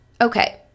Okay